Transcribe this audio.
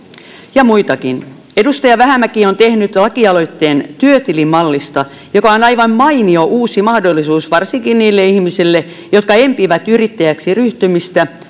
ja muitakin edustaja vähämäki on tehnyt lakialoitteen työtilimallista joka on aivan mainio uusi mahdollisuus varsinkin niille ihmisille jotka empivät yrittäjäksi ryhtymistä